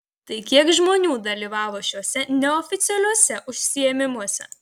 tai kiek žmonių dalyvavo šiuose neoficialiuose užsiėmimuose